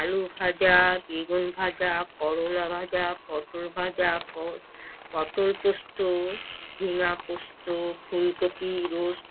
আলু ভাজা বেগুন ভাজা করলা ভাজা পটল ভাজা প পটল পোস্ত ঝিঙা পোস্ত ফুলকপি রোস্ট